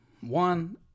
One